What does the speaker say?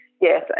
yes